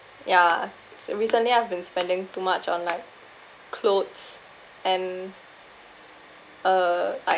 ya so recently I've been spending too much on like clothes and uh like